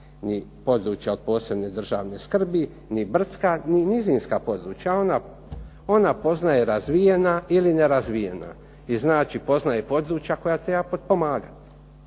ni područja od posebne državne skrbi ni brdska ni nizinska područja, ona poznaje razvijena ili nerazvijena. I znači poznaje područja koja treba potpomagati.